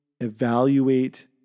evaluate